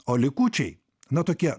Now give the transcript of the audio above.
o likučiai na tokie